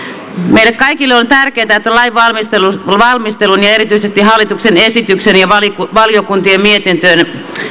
meille kaikille on tärkeätä että lainvalmistelun lainvalmistelun ja ja erityisesti hallituksen esityksen ja valiokuntien mietintöjen